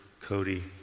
Cody